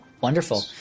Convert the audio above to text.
Wonderful